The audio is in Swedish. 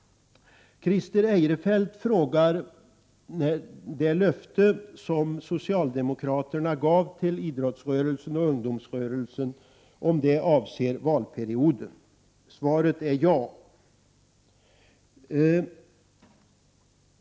Christer Eirefelt frågade om det löfte som socialdemokraterna gav till idrottsrörelsen och ungdomsrörelsen avsåg valperioden. Svaret är ja.